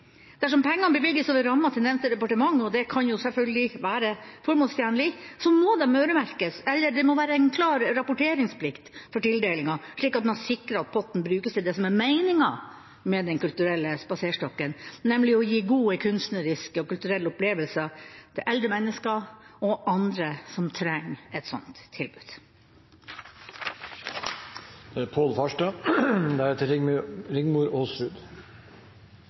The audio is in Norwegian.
Dersom pengene bevilges over ramma til nevnte departement – det kan selvfølgelig være formålstjenlig – må de øremerkes, eller det må være en klar rapporteringsplikt for tildelinga, slik at man sikrer at potten brukes til det som er meninga med Den kulturelle spaserstokken, nemlig å gi gode kunstneriske og kulturelle opplevelser til eldre mennesker og andre som trenger et sånt tilbud.